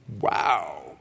Wow